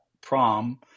prom